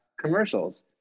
commercials